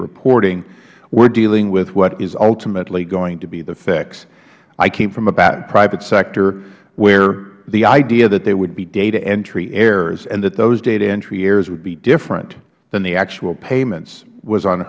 reporting we are dealing with what is ultimately going to be the fix i came from the private sector where the idea that there would be data entry errors and that those data entry errors would be different than the actual payments was